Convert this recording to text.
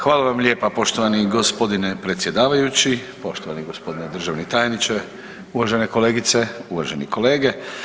Hvala vam lijepa poštovani gospodine predsjedavajući, poštovani gospodine državni tajniče, uvažene kolegice, uvaženi kolege.